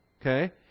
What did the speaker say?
Okay